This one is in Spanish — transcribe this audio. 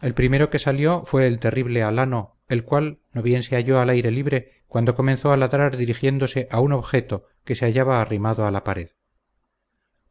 el primero que salió fue el terrible alano el cual no bien se halló al aire libre cuando comenzó a ladrar dirigiéndose a un objeto que se hallaba arrimado a la pared